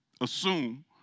assume